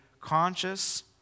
conscious